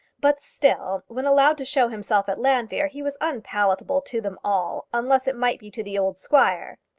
but still, when allowed to show himself at llanfeare, he was unpalatable to them all unless it might be to the old squire.